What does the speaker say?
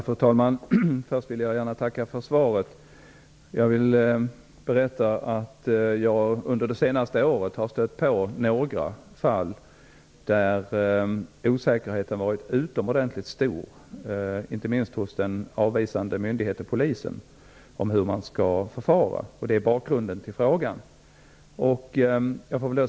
Fru talman! Först vill jag gärna tacka för svaret. Jag vill berätta att jag under det senaste året har stött på några fall där osäkerheten har varit utomordentligt stor, inte minst hos den avvisande myndigheten Polisen, om hur man skall förfara. Detta är bakgrunden till frågan.